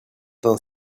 d’un